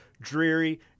dreary